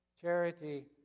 Charity